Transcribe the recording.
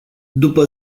după